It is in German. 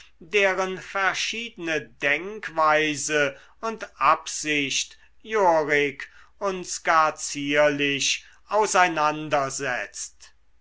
deren verschiedene denkweise und absicht yorik uns gar zierlich auseinandersetzt